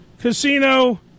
casino